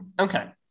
okay